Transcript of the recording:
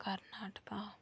Karnataka